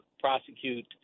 prosecute